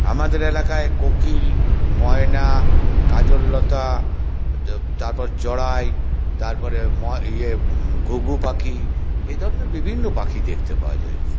আমাদের এলাকায় কোকিল ময়না কাজললতা তারপর চড়াই তারপরে ম ইয়ে ঘুঘু পাখি এ ধরনের বিভিন্ন পাখি দেখতে পাওয়া যায়